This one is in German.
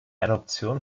adoption